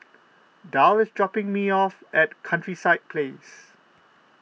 Darl is dropping me off at Countryside Place